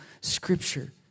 scripture